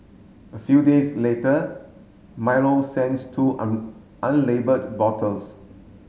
a few days later Milo sends two unlabelled bottles